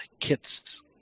Kit's